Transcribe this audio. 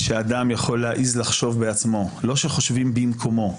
שאדם יכול להעיז לחשוב בעצמו, לא שחושבים במקומו.